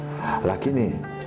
Lakini